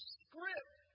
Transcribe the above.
script